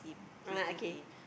ah okay